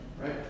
right